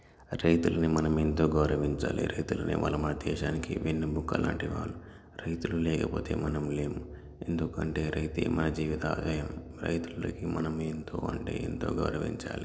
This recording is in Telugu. రైతులని మనం ఎంతో గౌరవించాలి రైతులు అనేవాళ్ళు మన దేశానికి వెన్నుముక లాంటివాళ్ళు రైతులు లేకపోతే మనం లేము ఎందుకంటే రైతే మన జీవిత ఆదాయం రైతులకి మనం ఎంతో అంటే ఎంతో గౌరవించాలి